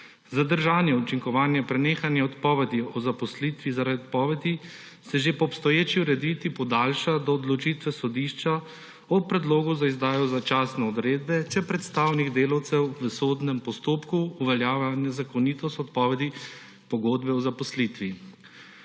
Zadržanje učinkovanja prenehanja odpovedi o zaposlitvi zaradi odpovedi se že po obstoječi ureditvi podaljša do odločitve sodišča o predlogu za izdajo začasne odredbe, če predstavnik delavcev v sodnem postopku uveljavlja nezakonitost odpovedi pogodbe o zaposlitvi.